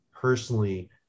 personally